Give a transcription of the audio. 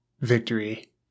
victory